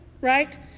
right